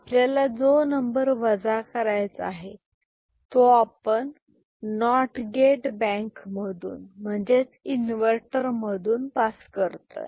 आपल्याला जो नंबर वजा करायचा आहे तो आपण नॉट गेट बँक मधून म्हणजेच इन्वर्टर मधून पास करतोय